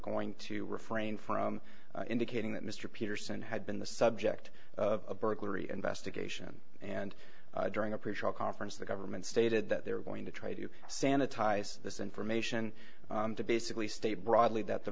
going to refrain from indicating that mr peterson had been the subject of a burglary investigation and during a pretrial conference the government stated that they were going to try to sanitize this information to basically state broadly that the